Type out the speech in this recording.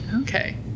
Okay